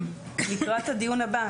לקראת הדיון הבא,